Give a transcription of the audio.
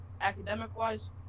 academic-wise